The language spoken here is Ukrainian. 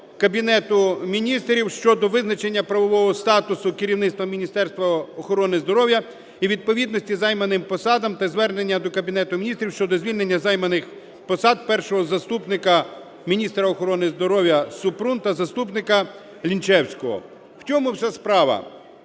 Кабінету Міністрів щодо визначення правового статусу керівництва Міністерства охорони здоров'я і відповідності займаним посадам та звернення до Кабінету Міністрів щодо звільнення з займаних посад першого заступника міністра охорони здоров'я Супрун та заступника Лінчевського. В чому вся справа?